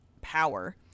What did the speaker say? power